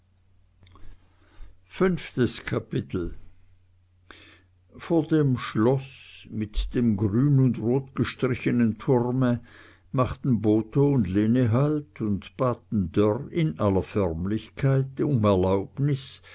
fünftes kapitel vor dem schloß mit dem grün und rot gestrichenen turme machten botho und lene halt und baten dörr in aller förmlichkeit um erlaubnis